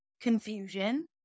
confusion